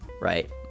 right